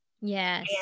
Yes